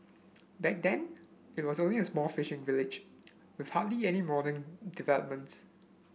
back then it was also a small fishing village with hardly any modern developments